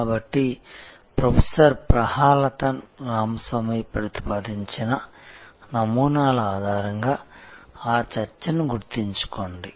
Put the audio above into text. కాబట్టి ప్రొఫెసర్ ప్రహాలతన్ రామస్వామి ప్రతిపాదించిన నమూనాల ఆధారంగా ఆ చర్చను గుర్తుంచుకోండి